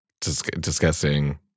discussing